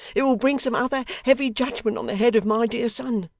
it will bring some other heavy judgement on the head of my dear son,